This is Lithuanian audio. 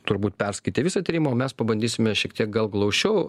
turbūt perskaitė visą tyrimą o mes pabandysime šiek tiek gal glausčiau